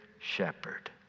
shepherd